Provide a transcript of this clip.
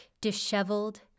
disheveled